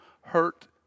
hurt